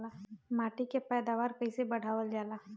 माटी के पैदावार कईसे बढ़ावल जाला?